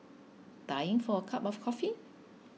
dying for a cup of coffee